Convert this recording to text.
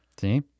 See